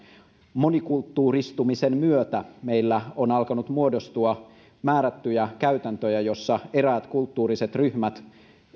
monikulttuuristumisen myötä meillä on alkanut muodostua määrättyjä käytäntöjä joissa eräät kulttuuriset ryhmät